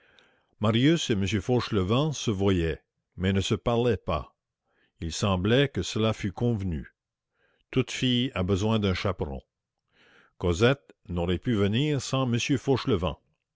marius et m fauchelevent se voyaient mais ne se parlaient pas il semblait que cela fût convenu toute fille a besoin d'un chaperon cosette n'aurait pu venir sans